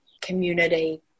community